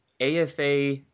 afa